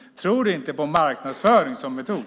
Tror du inte på marknadsföring som metod?